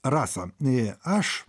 rasa aš